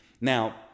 Now